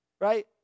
right